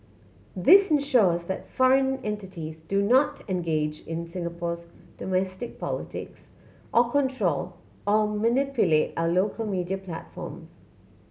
this ensures that foreign entities do not engage in Singapore's domestic politics or control or manipulate our local media platforms